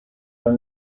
are